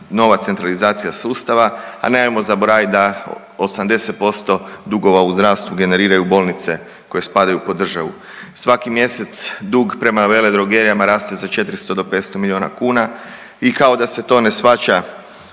nova centralizacija sustava, a nemojmo zaboraviti da 80% dugova u zdravstvu generiraju bolnice koje spadaju pod državu. Svaki mjesec dug prema veledrogerijama raste za 400 do 500 milijuna kuna i kao da se to ne shvaća,